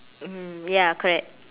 mm ya correct